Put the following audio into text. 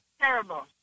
terrible